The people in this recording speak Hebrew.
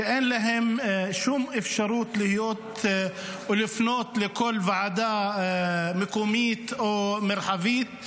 שאין להם שום אפשרות לפנות לכל ועדה מקומית או מרחבית.